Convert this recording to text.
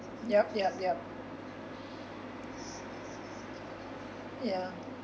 yup yup yup ya